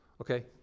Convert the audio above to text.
Okay